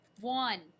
one